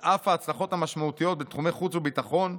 על אף ההצלחות המשמעותיות בתחומי חוץ וביטחון,